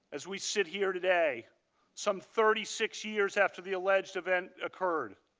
as we sit here today some thirty six years after the alleged event occurred.